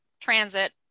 transit